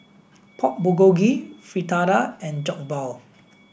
Pork Bulgogi Fritada and Jokbal